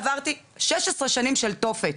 עברתי 16 שנים של תופת